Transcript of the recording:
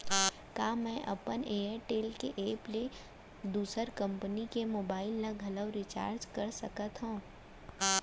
का मैं अपन एयरटेल के एप ले दूसर कंपनी के मोबाइल ला घलव रिचार्ज कर सकत हव?